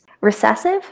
recessive